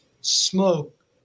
smoke